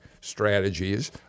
Strategies